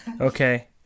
Okay